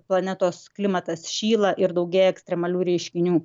planetos klimatas šyla ir daugėja ekstremalių reiškinių